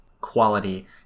quality